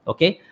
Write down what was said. Okay